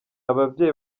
ababyeyi